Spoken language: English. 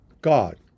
God